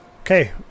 Okay